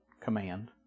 command